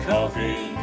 Coffee